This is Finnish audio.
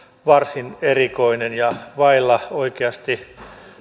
varsin erikoinen ja vailla oikeasti